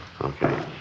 Okay